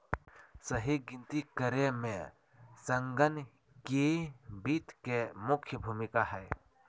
सही गिनती करे मे संगणकीय वित्त के मुख्य भूमिका हय